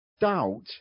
doubt